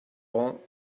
all